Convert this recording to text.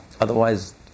Otherwise